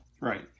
Right